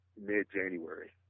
mid-January